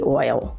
oil